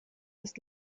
das